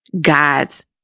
God's